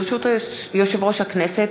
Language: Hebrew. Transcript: ברשות יושב-ראש הכנסת,